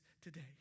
today